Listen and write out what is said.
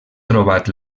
trobat